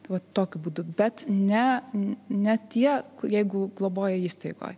vat tokiu būdu bet ne ne tie jeigu globoja įstaigoj